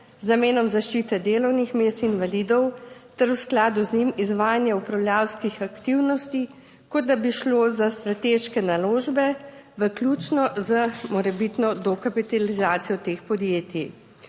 z namenom zaščite delovnih mest invalidov ter v skladu z njim izvajanje upravljavskih aktivnosti, kot da bi šlo za strateške naložbe, vključno z morebitno dokapitalizacijo teh podjetij.